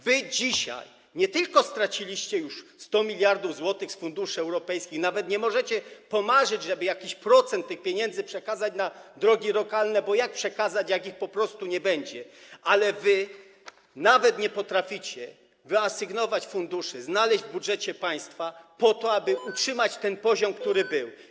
Wy dzisiaj nie tylko straciliście już 100 mld zł z funduszy europejskich - nawet nie możecie pomarzyć, żeby jakiś procent tych pieniędzy przekazać na drogi lokalne, bo jak przekazać, gdy ich po prostu nie będzie - ale nawet nie potraficie wyasygnować funduszy, znaleźć środków w budżecie państwa po to, aby utrzymać ten poziom, który był.